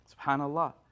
SubhanAllah